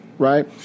Right